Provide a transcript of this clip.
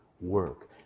work